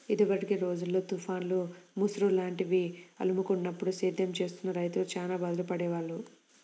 ఇదివరకటి రోజుల్లో తుఫాన్లు, ముసురు లాంటివి అలుముకున్నప్పుడు సేద్యం చేస్తున్న రైతులు చానా బాధలు పడేవాళ్ళు